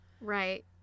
Right